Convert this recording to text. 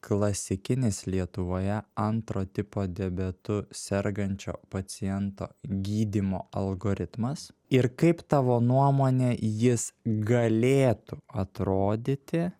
klasikinis lietuvoje antro tipo diabetu sergančio paciento gydymo algoritmas ir kaip tavo nuomone jis galėtų atrodyti